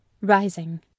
rising